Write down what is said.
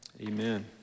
Amen